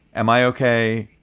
am i ok?